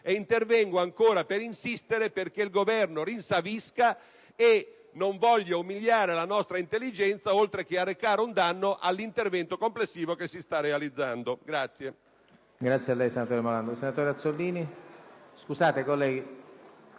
intervengo per insistere affinché il Governo rinsavisca e non voglia umiliare la nostra intelligenza oltre che arrecare un danno all'intervento complessivo che si sta realizzando.